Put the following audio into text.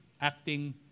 acting